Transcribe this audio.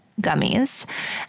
gummies